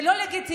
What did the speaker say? זה לא לגיטימי.